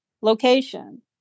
location